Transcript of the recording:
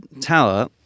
tower